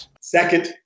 second